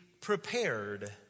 prepared